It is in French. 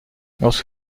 lorsque